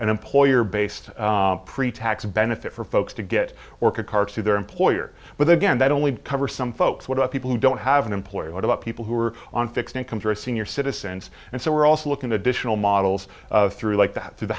an employer based pretax benefit for folks to get work a card through their employer but again that only cover some folks what about people who don't have an employer what about people who are on fixed income for senior citizens and so we're also looking additional models through like that t